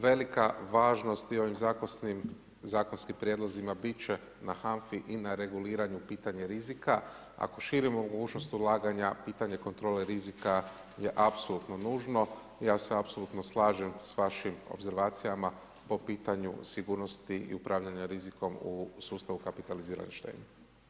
Velika važnost i ovim zakonskim prijedlozima biti će na HANFA-i i na reguliranju pitanje rizika, ako širimo mogućnost ulaganja, pitanje kontrole rizika je apsolutno nužno i ja se apsolutno slažem s vašim obzervacijama, po pitanju sigurnosti i upravljanju riziku u sustavu kapitalizirane štednje.